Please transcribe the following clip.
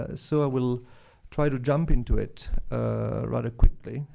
ah so i will try to jump into it rather quickly.